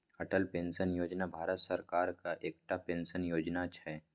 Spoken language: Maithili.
अटल पेंशन योजना भारत सरकारक एकटा पेंशन योजना छै